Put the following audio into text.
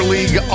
League